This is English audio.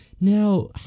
Now